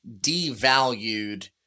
devalued